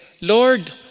Lord